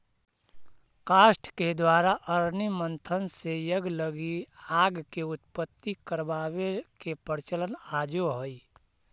काष्ठ के द्वारा अरणि मन्थन से यज्ञ लगी आग के उत्पत्ति करवावे के प्रचलन आजो हई